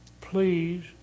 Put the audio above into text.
Please